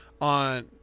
on